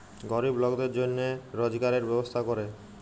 গরিব লকদের জনহে রজগারের ব্যবস্থা ক্যরে